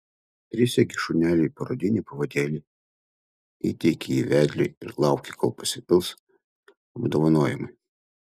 prisegi šuneliui parodinį pavadėlį įteiki jį vedliui ir lauki kol pasipils apdovanojimai